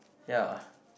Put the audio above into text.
ya